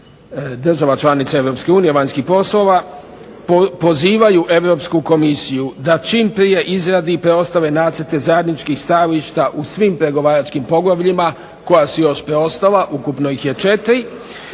država članica EU vanjskih poslova pozivaju Europsku komisiju da čim prije izradi preostale nacrte zajedničkih stajališta u svim pregovaračkim poglavljima koja su još preostala, ukupno ih je još 4,